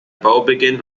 baubeginn